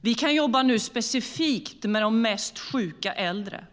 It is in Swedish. Vi kan nu jobba specifikt med de mest sjuka äldre.